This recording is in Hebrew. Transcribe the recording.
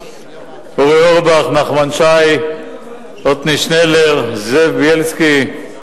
אורי אורבך, נחמן שי, עתניאל שנלר, זאב בילסקי,